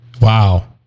Wow